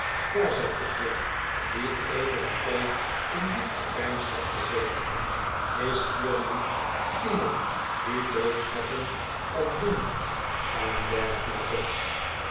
ja zei pickwick die eenigen tijd in diep gepeins had gezeten is hier niet iemand die boodschappen kan doen en dergelijke